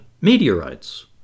meteorites